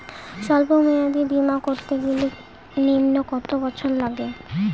সল্প মেয়াদী বীমা করতে গেলে নিম্ন কত বছর লাগে?